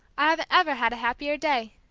i haven't ever had a happier day.